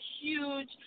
huge